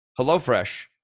HelloFresh